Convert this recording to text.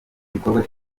gikorwa